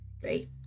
Great